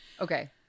Okay